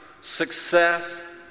success